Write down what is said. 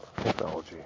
technology